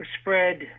spread